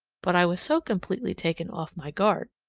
but i was so completely taken off my guard.